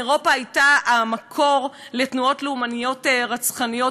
אירופה הייתה המקור לתנועות לאומניות רצחניות,